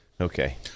Okay